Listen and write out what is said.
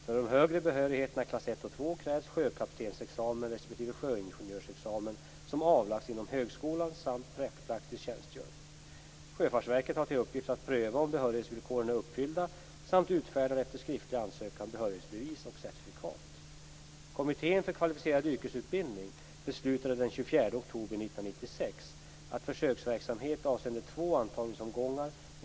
För de högre behörigheterna klass I och II krävs sjökaptensexamen respektive sjöingenjörsexamen som avlagts inom högskolan samt praktisk tjänstgöring. Sjöfartsverket har till uppgift att pröva om behörighetsvillkoren är uppfyllda samt utfärdar, efter skriftlig ansökan, behörighetsbevis och certifikat.